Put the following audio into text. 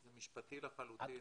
זה משפטי לחלוטין,